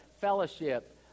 fellowship